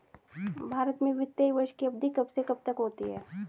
भारत में वित्तीय वर्ष की अवधि कब से कब तक होती है?